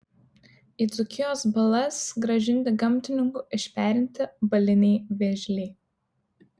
į dzūkijos balas grąžinti gamtininkų išperinti baliniai vėžliai